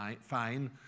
fine